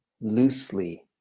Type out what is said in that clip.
loosely